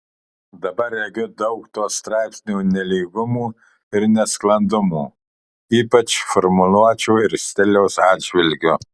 dabar regiu daug to straipsnio nelygumų ir nesklandumų ypač formuluočių ir stiliaus atžvilgiu